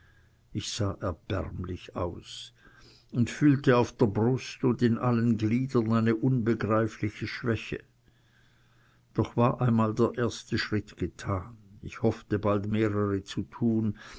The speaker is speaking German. ich sah erbärmlich aus und fühlte auf der brust und in allen gliedern eine unbegreifliche schwäche doch war einmal der erste schritt getan ich hoffte bald mehrere zu tun